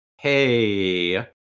Hey